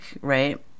right